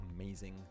amazing